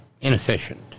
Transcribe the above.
inefficient